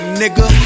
nigga